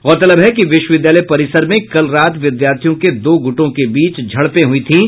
गौरतलब है कि विश्वविद्यालय परिसर में कल रात विद्यार्थियों के दो गुटों के बीच झड़पें हुई थीं